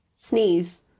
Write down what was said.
Sneeze